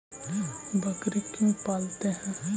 बकरी क्यों पालते है?